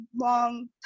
long